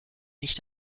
nicht